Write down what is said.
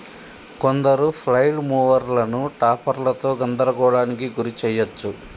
కొందరు ఫ్లైల్ మూవర్లను టాపర్లతో గందరగోళానికి గురి చేయచ్చు